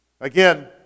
Again